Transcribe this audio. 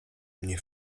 mnie